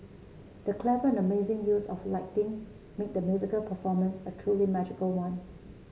the clever and amazing use of lighting made the musical performance a truly magical one